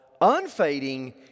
unfading